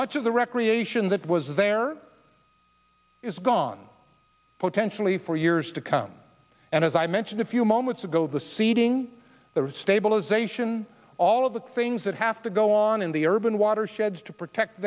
much of the recreation that was there is gone potentially for years to come and as i mentioned a few moments ago the seeding the stabilization all of the things that have to go on in the earth when watersheds to protect